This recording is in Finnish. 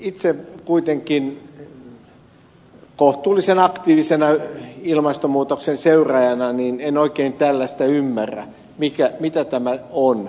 itse kuitenkin kohtuullisen aktiivisena ilmastonmuutoksen seuraajana en oikein tällaista ymmärrä mitä tämä on